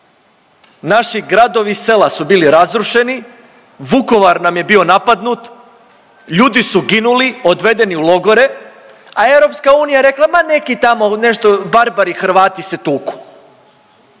Naši gradovi i sela su bili razrušeni, Vukovar nam je bio napadnut, ljudi su ginuli, odvedeni u logore, a EU je rekla ma neki tamo nešto barbari, Hrvati se tuku.